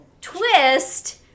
Twist